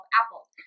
apples